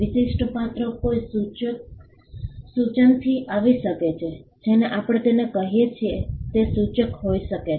વિશિષ્ટ પાત્ર કોઈ સૂચનથી આવી શકે છે જેને આપણે તેને કહીએ છીએ તે સૂચક હોઈ શકે છે